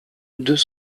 deux